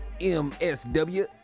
MSW